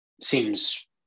seems